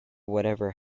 whatever